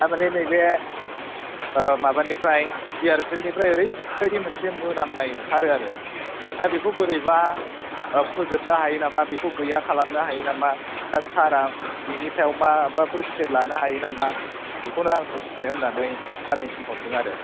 तारमाने नैबे माबानिफ्राय बिआरपिएलनिफ्राय ओरैबायदि मोनसे मोनामनाय ओंखारो आरो दा बेखौ बोरैबा फोजोबनो हायो नामा बेखौ गैया खालामनो हायो नामा दा सारा बिनि सायाव माबाफोर स्टेप लानो हायो नामा बेखौनो आं मोन्थिनो होननानै सारनो सोंहरदों आरो